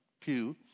pew